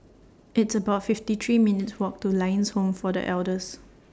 It's about fifty three minutes' Walk to Lions Home For The Elders